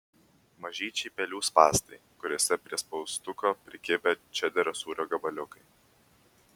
mažyčiai pelių spąstai kuriuose prie spaustuko prikibę čederio sūrio gabaliukai